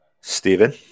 Stephen